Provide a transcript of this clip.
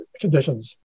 conditions